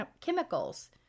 chemicals